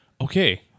okay